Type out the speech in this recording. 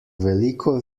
veliko